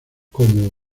cómo